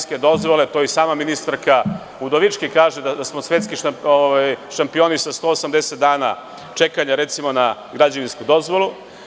Sama ministarka Udovički kaže da smo svetski šampioni sa 180 dana čekanja, recimo, na građevinsku dozvolu.